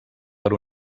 per